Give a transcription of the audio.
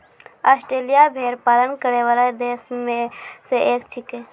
Australia भेड़ पालन करै वाला देश म सें एक छिकै